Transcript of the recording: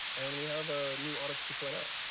and we have a new audits two point um